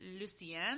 Lucienne